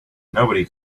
nobody